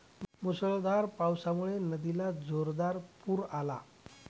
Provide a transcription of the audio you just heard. मुसळधार पावसामुळे नदीला जोरदार पूर आला